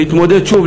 להתמודד שוב,